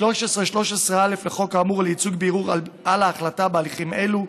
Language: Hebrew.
13 ו-13א לחוק האמור או לייצוג בערעור על ההחלטה בהליכים אלו,